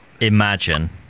imagine